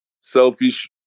selfish